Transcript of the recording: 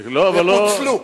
ופוצלו.